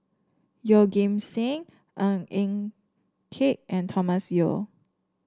Yeoh Ghim Seng Ng Eng Kee and Thomas Yeo